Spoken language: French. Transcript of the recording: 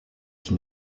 qui